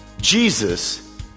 Jesus